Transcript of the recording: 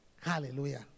Hallelujah